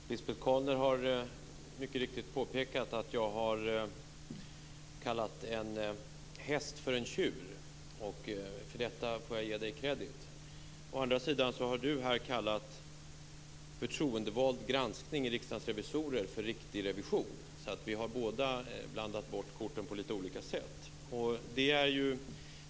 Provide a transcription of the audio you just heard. Herr talman! Lisbet Calner har mycket riktigt påpekat att jag har kallat en häst för en tjur, och för detta får jag ge henne credit. Å andra sidan har Lisbet Calner här kallat förtroendevald granskning i Riksdagens revisorer för riktig revision. Vi har alltså båda blandat bort korten på litet olika sätt.